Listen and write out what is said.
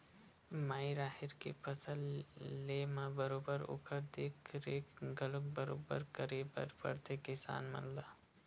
माई राहेर के फसल लेय म बरोबर ओखर देख रेख घलोक बरोबर करे बर परथे किसान मन ला